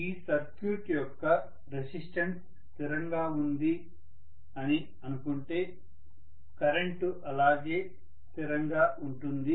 ఈ సర్క్యూట్ యొక్క రెసిస్టెన్స్ స్థిరంగా ఉంది అని అనుకుంటే కరెంటు అలానే స్థిరంగా ఉంటుంది